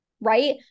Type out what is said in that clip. right